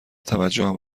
توجهم